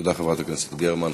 תודה, חברת הכנסת גרמן.